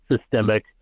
systemic